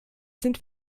sind